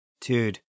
dude